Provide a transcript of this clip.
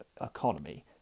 Economy